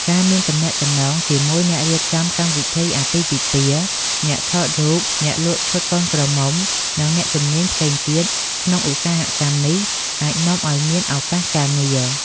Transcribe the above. ការមានទំនាក់ទំនងជាមួយអ្នករៀបចំកម្មវិធីអាពាហ៍ពិពាហ៍ អ្នកថតរូប អ្នកលក់ឈុតកូនក្រមុំ និងអ្នកជំនាញផ្សេងទៀតក្នុងឧស្សាហកម្មនេះអាចនាំឱ្យមានឱកាសការងារ។